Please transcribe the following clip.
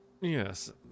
Yes